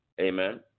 Amen